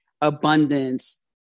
abundance